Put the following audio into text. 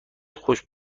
خوش